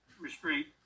restraint